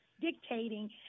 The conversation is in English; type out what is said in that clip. dictating